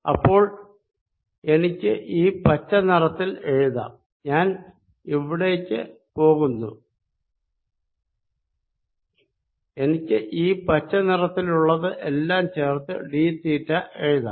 അപ്പോൾ എനിക്ക് ഈ പച്ച നിറത്തിൽ എഴുതാം ഞാൻ ഇവിടേക്ക് പോകുന്നു എനിക്ക് ഈ പച്ച നിറത്തിലുള്ളത് എല്ലാം ചേർത്ത് ഡി തീറ്റ എഴുതാം